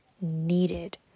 needed